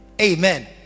amen